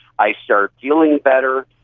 i start feeling better,